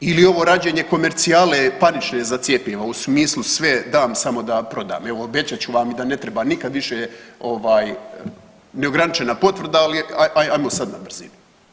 Ili ovo rađenje komercijalne panične za cjepiva u smislu sve dam samo da prodam, evo obećat ću vam i da ne treba nikad više ovaj neograničena potvrda ali je, ajmo sad na brzinu.